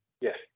Yes